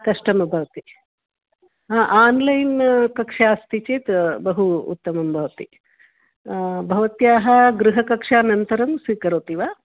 कष्टं भवति हा आन्लैन् कक्षा अस्ति चेत् बहु उत्तमं भवति भवत्याः गृहकक्षानन्तरं स्वीकरोति वा